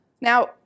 Now